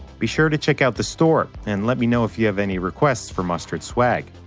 be sure to check out the store, and let me know if you have any requests for mustard swag.